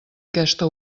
aquesta